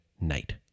night